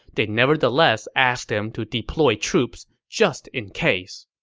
they nevertheless asked him to deploy troops just in case